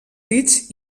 dits